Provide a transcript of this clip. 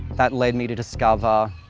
that led me to discover